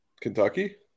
Kentucky